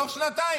תוך שנתיים.